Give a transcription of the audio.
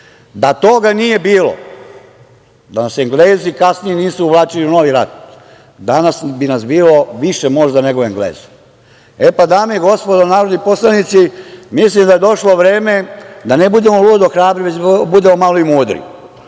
Da toga nije bilo, da nas Englezi kasnije nisu uvlačili u novi rat, danas bi nas možda bilo više nego Engleza. Dame i gospodo narodni poslanici, mislim da je došlo vreme da ne budemo ludo hrabri, već da budemo malo i mudri.